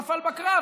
נפל בקרב,